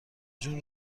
جون